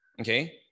okay